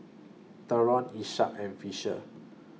Theron Isaak and Fisher